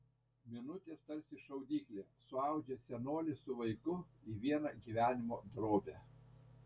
minutės tarsi šaudyklė suaudžia senolį su vaiku į vieną gyvenimo drobę